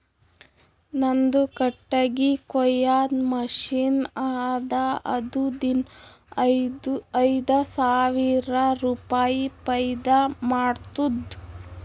ನಂದು ಕಟ್ಟಗಿ ಕೊಯ್ಯದ್ ಮಷಿನ್ ಅದಾ ಅದು ದಿನಾ ಐಯ್ದ ಸಾವಿರ ರುಪಾಯಿ ಫೈದಾ ಮಾಡ್ತುದ್